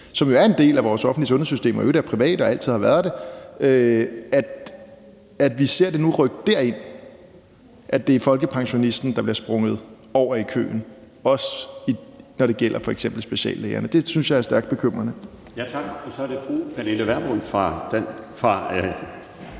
som jo er en del af vores offentlige sundhedssystem og i øvrigt er private og altid har været det. Vi ser det nu rykke derind, og at det er folkepensionisten, der bliver sprunget over i køen, også når det gælder f.eks. speciallægerne. Det synes jeg er stærkt bekymrende.